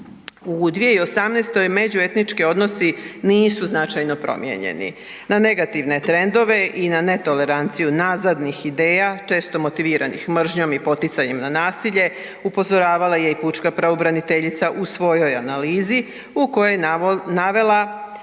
u 2018. međuetnički odnosi nisu značajno promijenjeni, na negativne trendove i na netoleranciju nazadnih ideja, često motiviranih mržnjom i poticajem na nasilje, upozoravala je i pučka pravobraniteljica u svojoj analizi u kojoj je navela